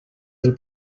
del